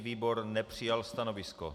Výbor nepřijal stanovisko.